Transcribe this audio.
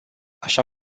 așa